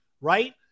right